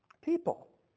people